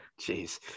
jeez